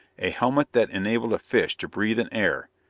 a helmet that enabled a fish to breathe in air,